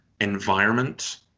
environment